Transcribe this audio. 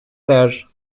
теж